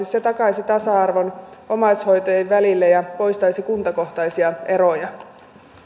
se takaisi tasa arvon omaishoitajien välille ja poistaisi kuntakohtaisia eroja